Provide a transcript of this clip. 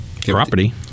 property